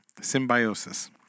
Symbiosis